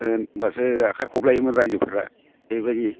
होनब्लासो आखाइ खबलायोमोन राइजोफ्रा बेबायदि